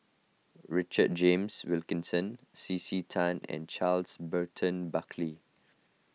Richard James Wilkinson C C Tan and Charles Burton Buckley